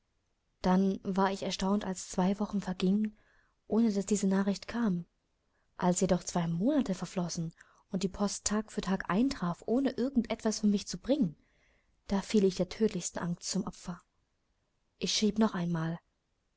dann war ich erstaunt als zwei wochen vergingen ohne daß diese nachricht kam als jedoch zwei monate verflossen und die post tag für tag eintraf ohne irgend etwas für mich zu bringen da fiel ich der tödlichsten angst zum opfer ich schrieb noch einmal